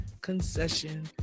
concession